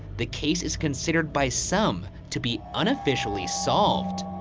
the case is considered by some to be unofficially solved,